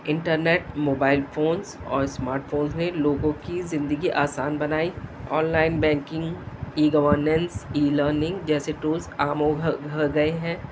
internet mobile phones اور smart phones نے لوگوں کی زندگی آسان بنائی online banking e governance e learning جیسے ٹولس عام ہو گئے ہیں